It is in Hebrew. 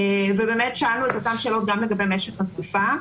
ובאמת שאלנו את אותן שאלות גם לגבי משך התקופה.